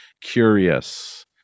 curious